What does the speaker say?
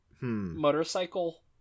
motorcycle